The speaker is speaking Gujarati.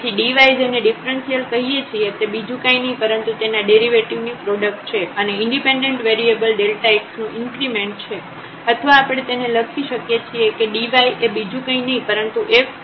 તેથી dy જેને ડિફ્રન્સિઅલ કહીએ છીએ તે બીજું કાંઇ નહીં પરંતુ તેના ડેરિવેટિવ ની પ્રોડક્ટ છે અને ઈન્ડિપેન્ડેન્ટ વેરિયેબલ x નુ ઇન્ક્રીમેન્ટ છે અથવા આપણે તેને લખી શકીએ છીએ કે dy એ બીજું કંઈ નહીં પરંતુ fxΔx છે